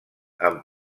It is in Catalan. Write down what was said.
amb